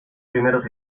primeros